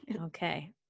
Okay